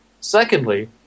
Secondly